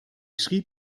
schrieb